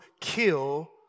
kill